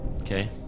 Okay